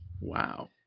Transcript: Wow